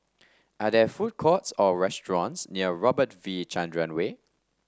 are there food courts or restaurants near Robert V Chandran Way